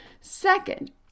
Second